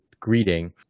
greeting